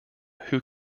who